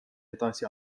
edasi